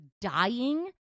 dying